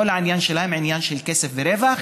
כל העניין שלהם הוא עניין של כסף ורווח,